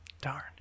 Darn